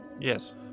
Yes